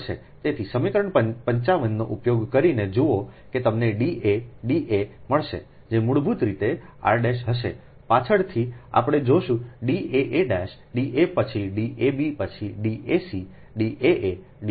તેથી સમીકરણ 55 નો ઉપયોગ કરીને જુઓ કે તમને D a d a મળશે જે મૂળભૂત રીતે તે r' હશે પાછળથી આપણે જોશું D aa' Da પછીD a b પછી D a c D a a D a b D a c